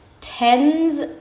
tens